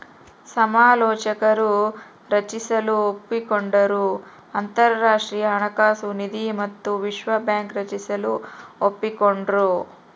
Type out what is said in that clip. ಸಮಾಲೋಚಕರು ರಚಿಸಲು ಒಪ್ಪಿಕೊಂಡರು ಅಂತರಾಷ್ಟ್ರೀಯ ಹಣಕಾಸು ನಿಧಿ ಮತ್ತು ವಿಶ್ವ ಬ್ಯಾಂಕ್ ರಚಿಸಲು ಒಪ್ಪಿಕೊಂಡ್ರು